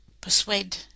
persuade